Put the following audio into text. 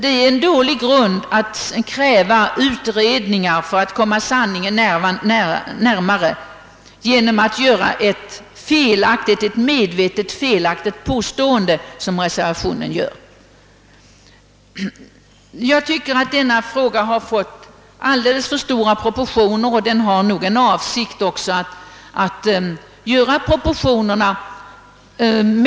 Det är en dålig grund för ett krav på utredningar om sanningen att göra ett medvetet felaktigt påstående, som reservanterna gör. Denna fråga har fått alldeles för stora proportioner, och avsikten med det är nog också att snedvrida proportionerna.